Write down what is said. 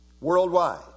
worldwide